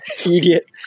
Idiot